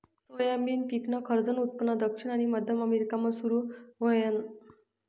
soybean पिकनं खरंजनं उत्पन्न दक्षिण आनी मध्य अमेरिकामा सुरू व्हयनं